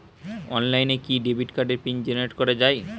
অনলাইনে কি ডেবিট কার্ডের পিন জেনারেট করা যায়?